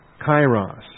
kairos